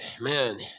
man